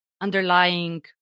underlying